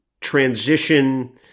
transition